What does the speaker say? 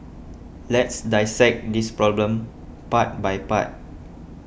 let's dissect this problem part by part